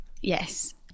Yes